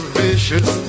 vicious